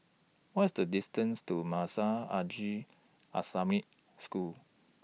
What IS The distance to Madrasah Aljunied Al Islamic School